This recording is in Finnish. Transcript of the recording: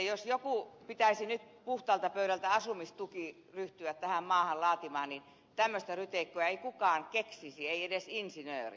jos jonkun pitäisi nyt puhtaalta pöydältä asumistuki ryhtyä tähän maahan laatimaan niin tämmöistä ryteikköä ei kukaan keksisi ei edes insinööri